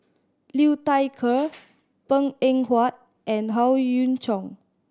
Liu Thai Ker Png Eng Huat and Howe Yoon Chong